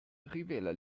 rivela